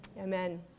Amen